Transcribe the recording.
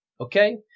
Okay